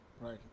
right